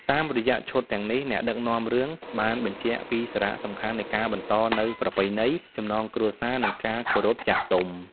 តាមរយៈឈុតទាំងនេះ អ្នកដឹកនាំរឿងបានបញ្ជាក់ពីសារៈសំខាន់នៃការបន្តនូវប្រពៃណី ចំណងគ្រួសារ និងការគោរពចាស់ទុំ។